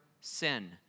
sin